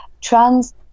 trans